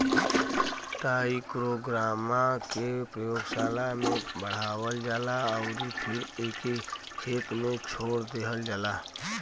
trichogramma के प्रयोगशाला में बढ़ावल जाला अउरी फिर एके खेत में छोड़ देहल जाला